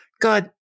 God